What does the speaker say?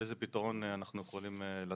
איזה פתרון אנחנו יכולים לתת.